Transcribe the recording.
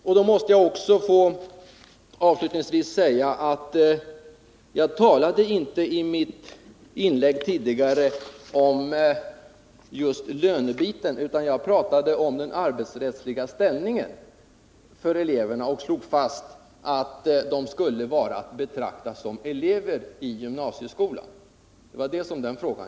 Avslutningsvis vill jag säga att jag i mitt tidigare inlägg inte talade om lönebiten, utan jag talade om den arbetsrättsliga ställningen för eleverna. Jag slog fast att de skulle betraktas som elever i gymnasieskolan.